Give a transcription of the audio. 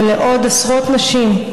ולעוד עשרות נשים,